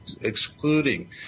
excluding